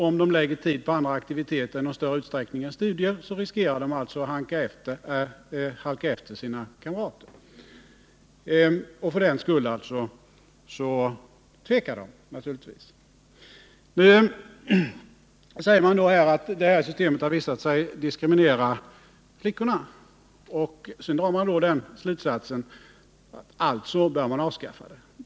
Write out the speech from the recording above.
Om de i någon större utsträckning lägger tid på andra aktiviteter än studier riskerar de att halka efter sina kamrater. För den skull tvekar de naturligtvis. Man säger att systemet med tillgodoräknande av föreningsmeriter har visat sig diskriminera flickorna. Sedan drar man slutsatsen: alltså bör det avskaffas.